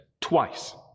twice